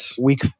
Week